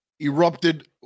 erupted